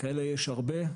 כאלה יש הרבה.